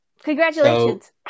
congratulations